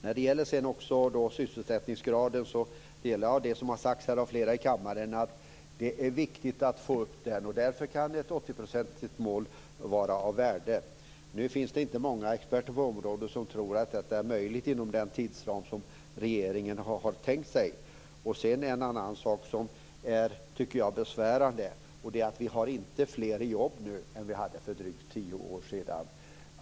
När det gäller sysselsättningsgraden delar jag det som har sagts av flera här i kammaren: Det är viktigt att få upp den. Därför kan ett 80-procentsmål vara av värde. Nu finns det inte många experter på området som tror att detta är möjligt inom den tidsram som regeringen har tänkt sig. En annan sak som är besvärande är att vi inte har fler i jobb nu än vi hade för drygt tio år sedan.